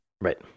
Right